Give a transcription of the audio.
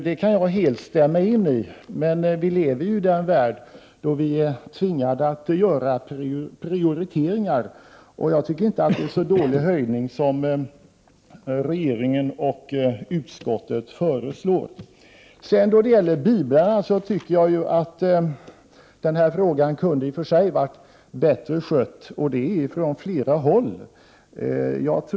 Det kan jag helt stämma in i, men vi lever i en värld där vi är tvingade att göra prioriteringar, och jag tycker inte att det är en så dålig höjning som regeringen och utskottet föreslår. Då det gäller biblarna tycker jag att frågan kunde ha varit bättre skött och det från flera håll.